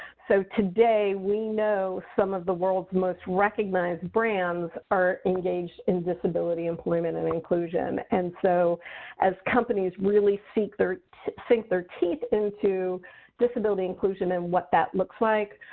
so today we know some of the world's most recognized brands are engaged in disability employment and inclusion. and so as companies really sink their sink their teeth into disability inclusion and what that looks like,